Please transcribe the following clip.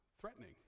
threatening